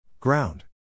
Ground